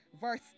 verse